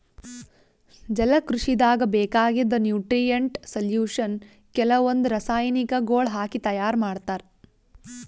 ಜಲಕೃಷಿದಾಗ್ ಬೇಕಾಗಿದ್ದ್ nutrient solution ಕೆಲವಂದ್ ರಾಸಾಯನಿಕಗೊಳ್ ಹಾಕಿ ತೈಯಾರ್ ಮಾಡ್ತರ್